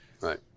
Right